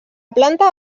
planta